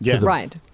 Right